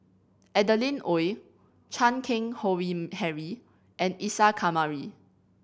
Adeline Ooi Chan Keng Howe Harry and Isa Kamari